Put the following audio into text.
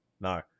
No